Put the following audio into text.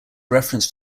reference